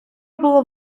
було